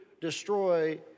destroy